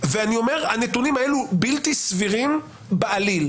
ואני אומר, הנתונים האלו בלתי סבירים בעליל.